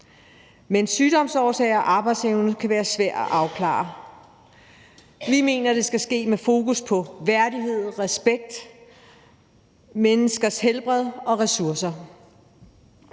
Men sygdomsårsag og arbejdsevne kan være svært at afklare. Vi mener, at det skal ske med fokus på værdighed, respekt, menneskers helbred og ressourcer.